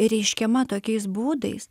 reiškiama tokiais būdais